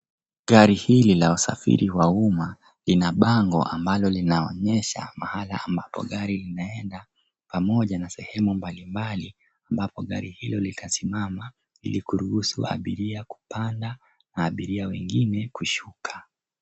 Gari hili la wasafiri wa uma lina bango ambalo linaonyesha mahala ambapo gari linaenda pamoja na sehemu mbalimbali ambapo gari hilo litasimama ili kuruhusu abiria kupanda na abiria wengine kushuka.